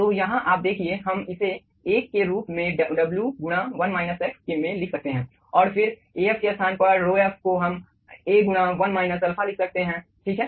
तो यहां आप देखिए हम इसे एक के रूप में W गुणा 1 माइनस x में लिख सकते हैं और फिर Af के स्थान पर ρf को हम A गुणा 1 माइनस अल्फा लिख सकते हैं ठीक है